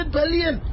billion